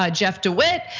ah jeff dewit.